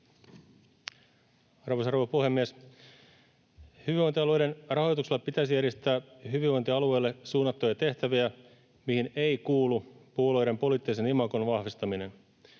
Arvoisa rouva puhemies! Hyvinvointialueiden rahoituksella pitäisi järjestää hyvinvointialueille suunnattuja tehtäviä, mihin ei kuulu puolueiden poliittisen imagon vahvistaminen.